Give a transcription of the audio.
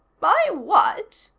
my what?